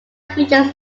features